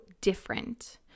different